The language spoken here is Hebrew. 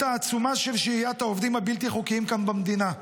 העצומה של שהיית העובדים הבלתי-חוקיים כאן במדינה.